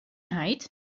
heit